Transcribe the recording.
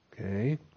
okay